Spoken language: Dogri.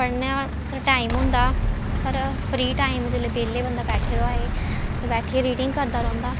पढ़ने दा टाइम होंदा पर फ्री टाइम जेल्लै बेह्ले बंदा बैठे दा होए ते बैठियै रीडिंग करदा रौंह्दा